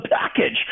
package